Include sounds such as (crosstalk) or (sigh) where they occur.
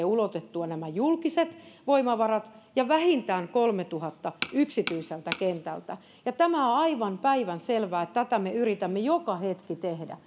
(unintelligible) ulotettua nämä julkiset voimavarat ja saisimme vähintään kolmeltatuhannelta yksityiseltä kentältä tämä on aivan päivänselvää että tätä me yritämme joka hetki tehdä (unintelligible)